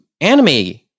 anime